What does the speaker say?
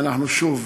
ואנחנו שוב,